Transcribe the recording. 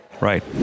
Right